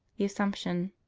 the assumption.